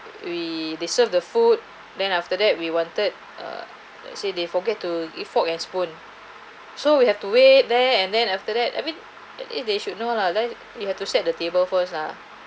we they serve the food then after that we wanted er let's say they forget to give fork and spoon so we have to wait there and then after that I mean I think they should know lah like you have to set the table first lah